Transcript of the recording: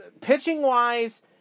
Pitching-wise